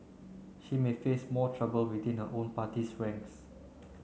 she may face more trouble within a own party's ranks